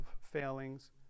failings